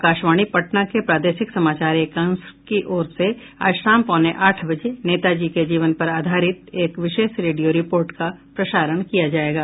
आकाशवाणी पटना के प्रादेशिक समाचार एकांश की ओर से आज शाम पौने आठ बजे नेताजी के जीवन पर आधारित एक विशेष रेडियो रिपोर्ट का प्रसारण किया जायेगा